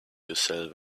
yourself